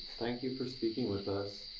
thank you for speaking with us.